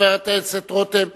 חבר הכנסת רותם.